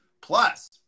Plus